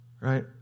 right